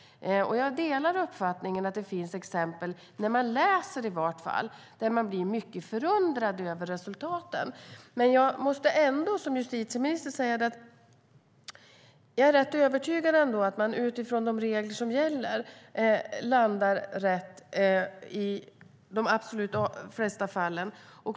När man tar del av olika exempel kan man bli mycket förundrad över resultaten. Men jag måste ändå som justitieminister säga att jag är övertygad om att man utifrån de regler som gäller landar rätt i de flesta fall.